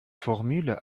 formule